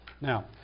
Now